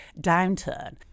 downturn